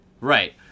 Right